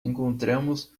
encontramos